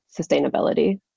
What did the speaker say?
sustainability